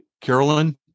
Carolyn